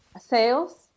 sales